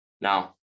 Now